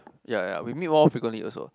ya ya we meet more frequently also